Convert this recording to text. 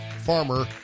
Farmer